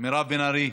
מירב בן ארי,